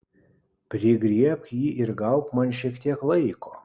prigriebk jį ir gauk man šiek tiek laiko